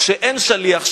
כשאין שליח,